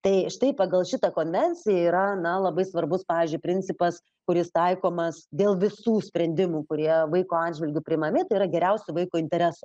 tai štai pagal šitą konvenciją yra na labai svarbus pavyzdžiui principas kuris taikomas dėl visų sprendimų kurie vaiko atžvilgiu priimami tai yra geriausio vaiko intereso